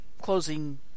closing